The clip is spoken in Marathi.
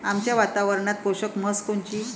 आमच्या वातावरनात पोषक म्हस कोनची?